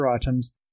Items